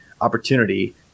opportunity